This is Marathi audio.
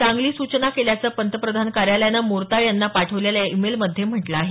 चांगली सूचना केल्याचं पंतप्रधान कार्यालयानं मोरताळे यांना पाठवलेल्या ई मेलमध्ये म्हटलं आहे